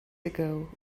ago